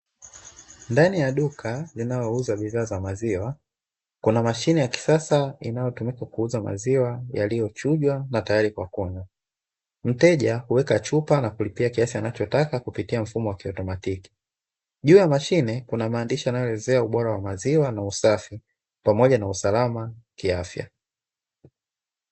Ndani ya duka linalouza bidhaa za maziwa, kuna mashine ya kisasa inayotumika kuuza maziwa yaliyochujwa na tayari kwa kunywa. Mteja huweka chupa na kulipia kiasi anachotaka kwa mfumo wa kiautomatiki. Juu ya mashine kuna maandishi yanayolezea ubora wa maziwa na usafi, pamoja na usalama wa kiafya.